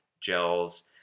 gels